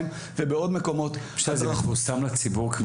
ובעוד מקומות --- זה מפורסם לציבור כמו